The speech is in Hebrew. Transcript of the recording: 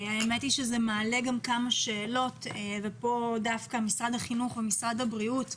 האמת היא שזה מעלה גם כמה שאלות וכאן דווקא משרד החינוך ומשרד הבריאות,